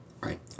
Right